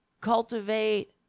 cultivate